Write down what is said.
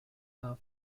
are